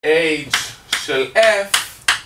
H של F